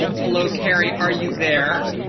hello carey, are you there?